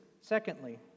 secondly